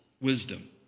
wisdom